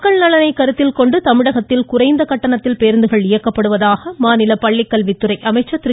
மக்கள் நலனைக் கருத்தில் கொண்டு தமிழகத்தில் குறைந்த கட்டணத்தில் பேருந்துகள் மாநில பள்ளிக்கல்வித்துறை அமைச்சர் திரு